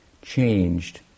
changed